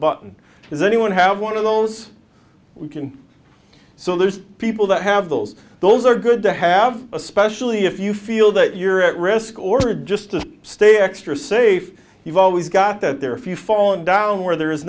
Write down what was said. button does anyone have one of those we can so there's people that have those those are good to have especially if you feel that you're at risk or just stay extra safe you've always got that there are a few fallen down where there is